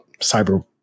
cyber